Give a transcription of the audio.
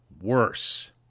worse